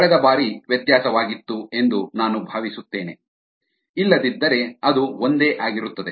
ಕಳೆದ ಬಾರಿ ವ್ಯತ್ಯಾಸವಾಗಿತ್ತು ಎಂದು ನಾನು ಭಾವಿಸುತ್ತೇನೆ ಇಲ್ಲದಿದ್ದರೆ ಅದು ಒಂದೇ ಆಗಿರುತ್ತದೆ